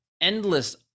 endless